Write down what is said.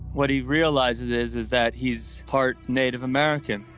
what he realizes is, is that he's part native american.